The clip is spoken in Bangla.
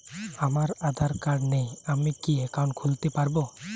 আমার আধার কার্ড নেই আমি কি একাউন্ট খুলতে পারব?